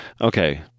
okay